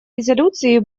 резолюции